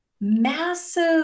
massive